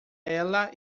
ela